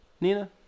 Nina